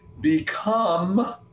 become